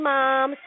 Mom